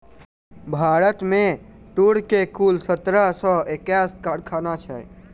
भारत में तूर के कुल सत्रह सौ एक्कैस कारखाना छै